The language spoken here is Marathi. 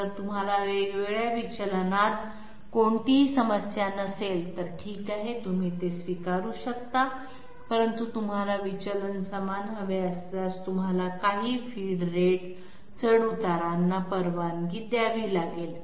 जर तुम्हाला वेगवेगळ्या विचलनात कोणतीही समस्या नसेल तर ठीक आहे तुम्ही ते स्वीकारू शकता परंतु तुम्हाला विचलन समान हवे असल्यास तुम्हाला काही फीड रेट चढउतारांना परवानगी द्यावी लागेल